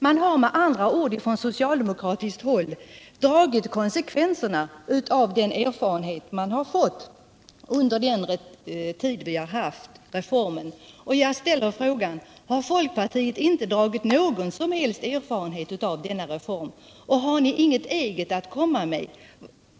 Man har med andra ord på socialdemokratiskt håll dragit konsekvenserna av de erfarenheter man har fått sedan reformen infördes. Jag ställer då frågan: Har ni folkpartister inte dragit några som helst slutsatser av erfarenheterna från denna reform, och har ni inget eget förslag att komma med?